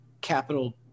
capital